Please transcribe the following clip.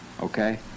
okay